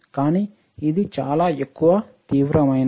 కానీ ఇది చాలా ఎక్కువ తీవ్రమైనది